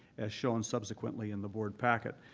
as shown subsequently in the board packet.